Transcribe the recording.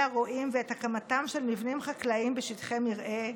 הרועים ואת הקמתם של מבנים חקלאיים בשטחי מרעה,